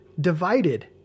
divided